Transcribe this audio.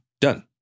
Done